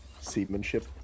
seamanship